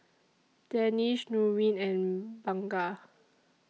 Danish Nurin and Bunga